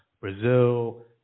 Brazil